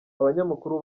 abanyamakuru